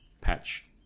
patch